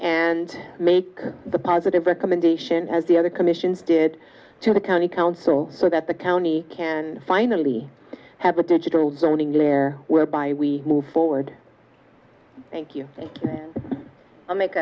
and make the positive recommendation as the other commissions did to the county council so that the county can finally have the digital zoning there whereby we move forward thank you i'll make